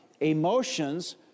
emotions